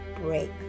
break